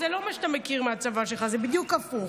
זה לא מה שאתה מכיר מהצבא שלך, זה בדיוק הפוך.